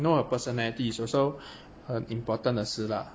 know her personality is also 很 important 的事啦